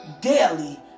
daily